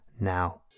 now